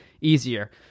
easier